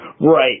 Right